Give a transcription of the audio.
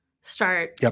Start